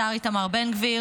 השר איתמר בן גביר,